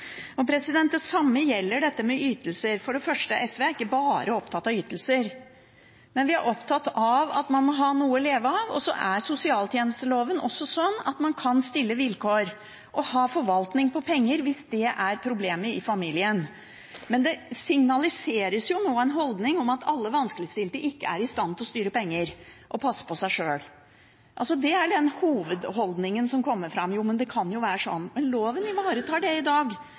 Det samme gjelder dette med ytelser. For det første: SV er ikke bare opptatt av ytelser. Vi er opptatt av at man må ha noe å leve av. Så er sosialtjenesteloven sånn at man kan stille vilkår og ha forvaltning når det gjelder penger, hvis det er problemet i familien. Men det signaliseres nå en holdning om at alle vanskeligstilte ikke er i stand til å styre penger eller passe på seg sjøl. Det er den hovedholdningen som kommer fram, at jo, det kan være sånn. Men loven ivaretar det i dag,